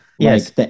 Yes